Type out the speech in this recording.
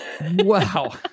Wow